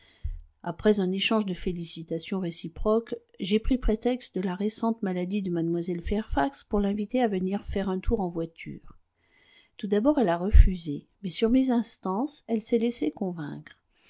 après un échange de félicitations réciproques j'ai pris prétexte de la récente maladie de mlle fairfax pour l'inviter à venir faire un tour en voiture tout d'abord elle a refusé mais sur mes instances elle s'est laissée convaincre